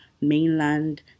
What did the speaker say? mainland